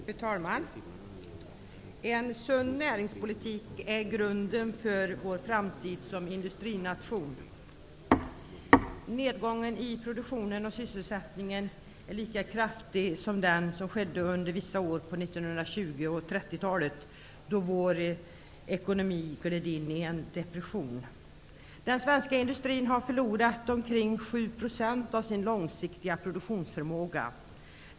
Fru talman! En sund näringspolitik är grunden för vår framtid som industrination. Nedgången i produktionen och sysselsättningen är lika kraftig nu som den var under vissa år på 1920 och 1930-talet. Då gled vår ekonomi in i en depression. Den svenska industrin har förlorat omkring 7 % av sin långsiktiga produktionsförmåga.